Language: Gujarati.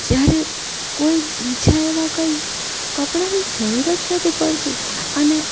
જ્યારે કોઈ બીજા એવા કંઈ કપડાની જરૂર જ નથી પડતી અને